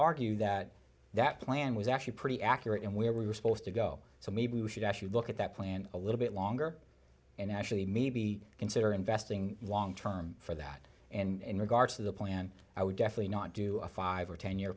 argue that that plan was actually pretty accurate and we were supposed to go so maybe we should actually look at that plan a little bit longer and actually maybe consider investing long term for that and regardless of the plan i would definitely not do a five or ten year